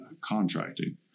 Contracting